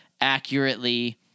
accurately